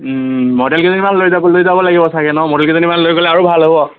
model কেইজনীমান লৈ যাব লৈ যাব লাগিব চাগে ন মডেল কেইজনীমান লৈ গ'লে আৰু ভাল হ'ব